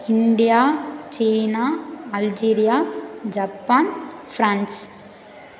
India சீனா Algeria Japan France